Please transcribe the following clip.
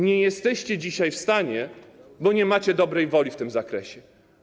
Nie jesteście dzisiaj w stanie, bo nie macie dobrej woli w tym zakresie.